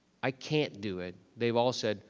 i can't do it. they've all said,